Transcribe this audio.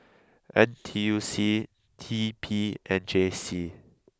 N T U C T P and J C